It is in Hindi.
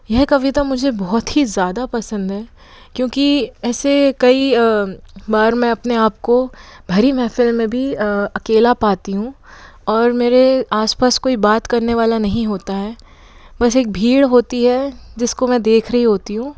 यह कविता मुझे बहाुत ही ज़्यादा पसंद है क्योंकि ऐसे कई बार मैं अपने आप को भरी महेफ़िल में भी अकेला पाती हूँ और मेरे आस पास कोई बात करने वाला नहीं होता है बस एक भीड़ होती है जिसको मैं देख रही होती हूँ